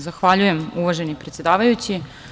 Zahvaljujem, uvaženi predsedavajući.